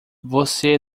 você